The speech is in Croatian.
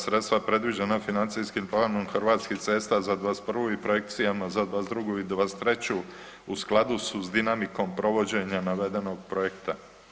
Sredstva predviđanja financijskim planom Hrvatskih cesta za 2021. i projekcijama za 2022. i 2023. u skladu su s dinamikom provođenja navedenog projekta.